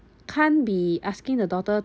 can't be asking the daughter